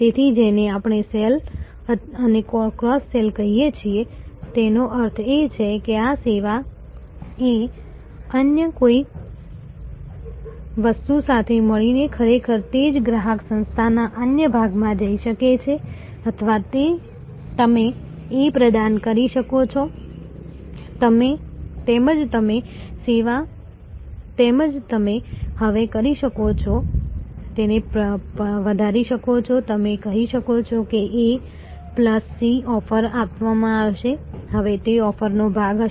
તેથી જેને આપણે સેલ અને ક્રોસ સેલ કહીએ છીએ તેનો અર્થ એ છે કે આ સેવા A અન્ય કોઈ વસ્તુ સાથે મળીને ખરેખર તે જ ગ્રાહક સંસ્થાના અન્ય ભાગમાં જઈ શકે છે અથવા તમે A પ્રદાન કરી શકો છો તેમજ તમે હવે કરી શકો છો તેને વધારી શકો છો અને તમે કહી શકો છો કે A પ્લસ C ઓફર કરવામાં આવશે હવે તે ઓફરનો ભાગ હશે